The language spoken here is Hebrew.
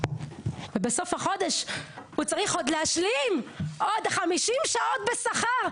ובסוף החודש הוא צריך להשלים עוד 50 שעות בשכר,